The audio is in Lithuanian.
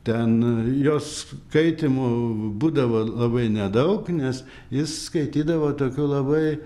ten jo skaitymų būdavo labai nedaug nes jis skaitydavo tokiu labai